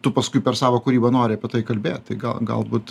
tu paskui per savo kūrybą nori apie tai kalbėt tai ga galbūt